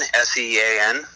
s-e-a-n